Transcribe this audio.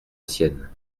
sienne